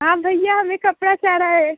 हाँ भैया हमें कपड़ा चाह रहा हैं